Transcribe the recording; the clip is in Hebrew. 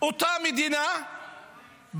אותה מדינה באה